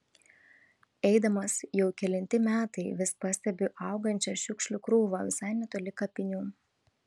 eidamas jau kelinti metai vis pastebiu augančią šiukšlių krūvą visai netoli kapinių